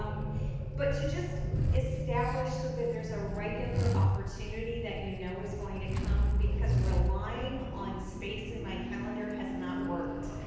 but to just establish, so that there's a regular opportunity that you know is going to come, because relying on space in my calendar has not worked.